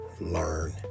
learn